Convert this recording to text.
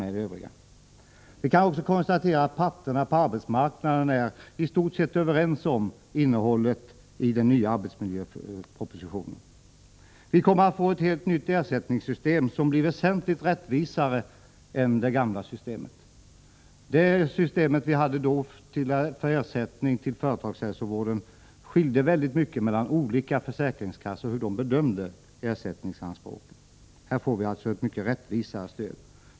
Man kan vidare konstatera att parterna på arbetsmarknaden i stort sett är överens om innehållet i den nya arbetsmiljöpropositionen. Vi kommer att få ett helt nytt ersättningssystem, som blir väsentligt mer rättvist än det gamla. I det system vi hade tidigare för ersättning till företagshälsovården skilde det mycket mellan hur olika försäkringskassor bedömde ersättningsanspråken. Nu får vi alltså ett mycket rättvisare stöd.